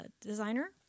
designer